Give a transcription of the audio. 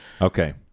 Okay